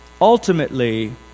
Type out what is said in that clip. ultimately